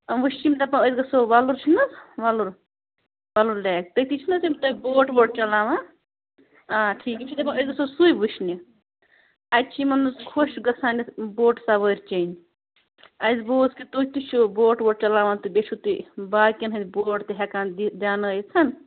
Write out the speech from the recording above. وٕ چھِ یِم دَپان أسۍ گژھو وَلُر چھُنہٕ حظ وَلُر وَلُر لیک تٔتی چھِنَہ تِم تۄہہِ بوٹ ووٹ چَلاوان آ ٹھیٖک یِم چھِ دَپان أسۍ گژھو سُے وٕچھنہِ اَتہِ چھِ یِمَن حظ خۄش گژھان یَتھ بوٹہٕ سوٲرۍ چیٚنۍ اَسہِ بوز کہِ تُہۍ تہِ چھُو بوٹ ووٹ چَلاوان تہٕ بیٚیہِ چھُو تُہۍ باقیَن ہِنٛز بوٹ تہِ ہٮ۪کان دِ دیٛانٲیِتھ